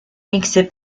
mixé